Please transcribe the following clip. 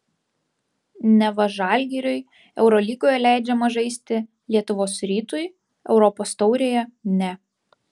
neva žalgiriui eurolygoje leidžiama žaisti lietuvos rytui europos taurėje ne